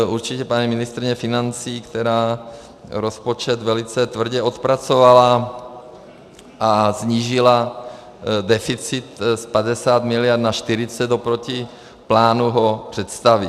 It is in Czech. Určitě paní ministryně financí, která rozpočet velice tvrdě odpracovala a snížila deficit z 50 mld. na 40 oproti plánu, ho představí.